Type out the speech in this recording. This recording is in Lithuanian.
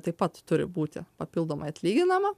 taip pat turi būti papildomai atlyginama